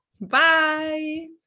Bye